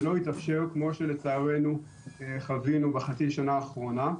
זה לא יתאפשר כמו שלצערנו חווינו בחצי השנה האחרונה.